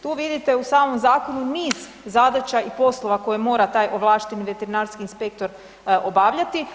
Tu vidite u samom zakonu niz zadaća i poslova koje mora taj ovlašteni veterinarski inspektor obavljati.